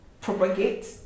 propagate